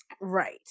Right